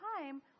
time